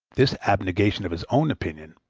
this abnegation of his own opinion,